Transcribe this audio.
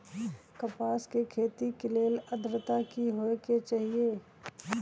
कपास के खेती के लेल अद्रता की होए के चहिऐई?